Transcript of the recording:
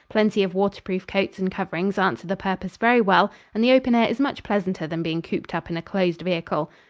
plenty of waterproof coats and coverings answer the purpose very well and the open air is much pleasanter than being cooped up in a closed vehicle.